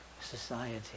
society